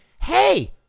hey